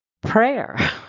Prayer